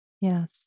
Yes